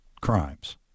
crimes